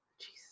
Jesus